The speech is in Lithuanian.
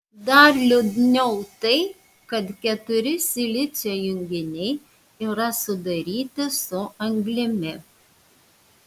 dar liūdniau tai kad keturi silicio junginiai yra sudaryti su anglimi